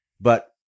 But-